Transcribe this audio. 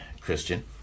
Christian